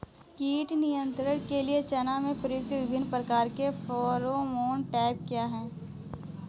कीट नियंत्रण के लिए चना में प्रयुक्त विभिन्न प्रकार के फेरोमोन ट्रैप क्या है?